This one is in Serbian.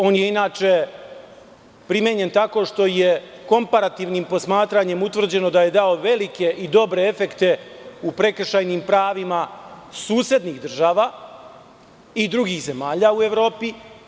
On je inače primenjen tako što je komparativnim posmatranjem utvrđeno da je dao velike i dobre efekte u prekršajnim pravima susednih država i drugih zemalja u Evropi.